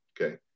Okay